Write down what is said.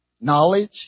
knowledge